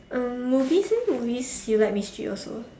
um movies eh movies you like mystery also